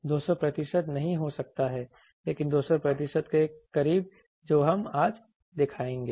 200 प्रतिशत नहीं हो सकता है लेकिन 200 प्रतिशत के करीब जो हम आज दिखाएंगे